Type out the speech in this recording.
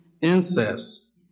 incest